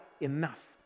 enough